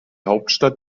hauptstadt